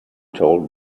told